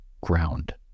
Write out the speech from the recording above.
ground